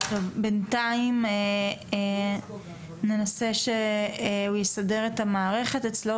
טוב בינתיים ננסה שהוא יסדר את המערכת אצלו,